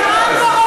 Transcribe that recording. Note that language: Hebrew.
דמם בראשך.